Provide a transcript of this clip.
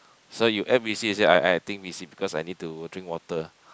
so you act busy you say I I think busy because I need to drink water